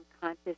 conscious